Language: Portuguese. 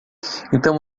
então